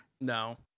No